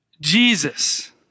Jesus